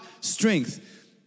strength